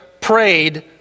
prayed